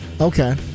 okay